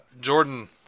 Jordan